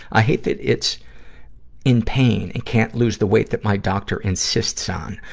i hate that it's in pain and can't lose the weight that my doctor insists on.